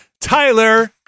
Tyler